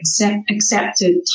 accepted